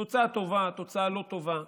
תוצאה טובה, תוצאה לא טובה,